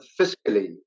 fiscally